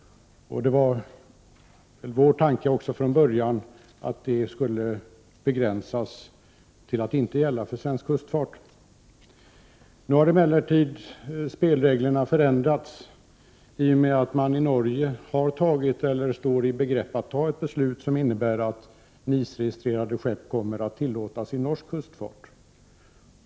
Det var från början vår tanke att det skulle begränsas till att inte gälla för svensk kustsjöfart. Nu har emellertid spelreglerna förändrats i och med att man i Norge har tagit eller står i begrepp att ta ett beslut som innebär att NIS-registrerade skepp kommer att tillåtas i norsk kustfart.